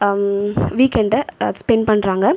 வீக்கெண்டை spend பண்ணுறாங்க